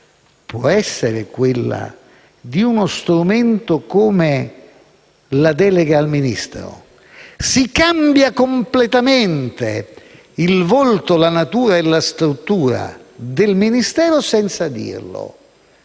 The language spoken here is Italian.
può essere quella di uno strumento come la delega al Ministro? Si cambiano completamente il volto, la natura e la struttura del Ministero senza dirlo,